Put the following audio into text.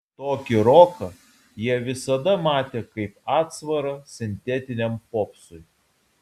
tokį roką jie visada matė kaip atsvarą sintetiniam popsui